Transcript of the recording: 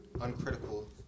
uncritical